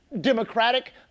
Democratic